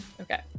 okay